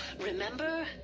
Remember